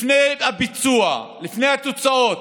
ולפני הביצוע, לפני התוצאות,